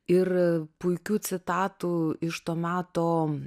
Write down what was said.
ir puikių citatų iš to meto